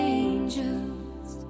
angels